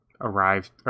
arrived